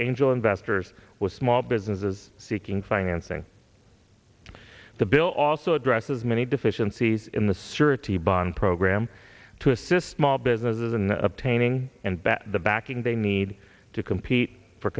angel investors with small businesses seeking financing the bill also addresses many deficiencies in the security bond program to assist small businesses in obtaining and back the backing they need to compete for